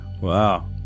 Wow